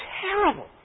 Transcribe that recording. Terrible